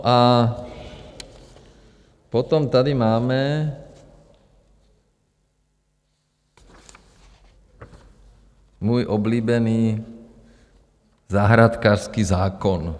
A potom tady máme můj oblíbený zahrádkářský zákon.